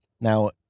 now